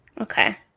okay